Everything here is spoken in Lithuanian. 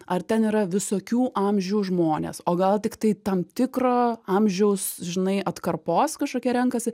ar ten yra visokių amžių žmonės o gal tiktai tam tikro amžiaus žinai atkarpos kažkokie renkasi